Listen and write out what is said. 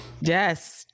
Yes